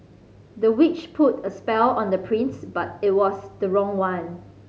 the witch put a spell on the prince but it was the wrong one